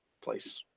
place